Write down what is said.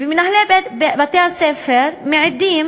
ומנהלי בתי-הספר מעידים